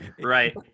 Right